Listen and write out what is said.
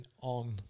on